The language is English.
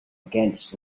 against